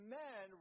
men